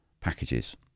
packages